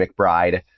McBride